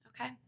Okay